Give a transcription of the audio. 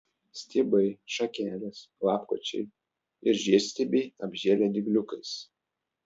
stiebai šakelės lapkočiai ir žiedstiebiai apžėlę dygliukais